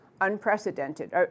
unprecedented